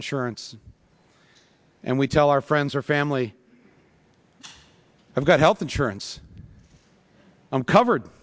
insurance and we tell our friends or family i've got health insurance i'm covered